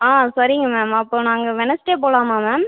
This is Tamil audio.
ஆ சரிங்க மேம் அப்போ நாங்கள் வெட்னெஸ்டே போகலாமா மேம்